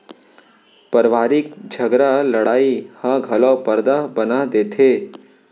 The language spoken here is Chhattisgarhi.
परवारिक झगरा लड़ई ह घलौ परदा बना देथे